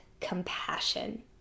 compassion